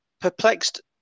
perplexed